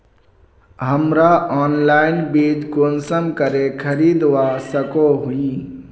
हमरा ऑनलाइन बीज कुंसम करे खरीदवा सको ही?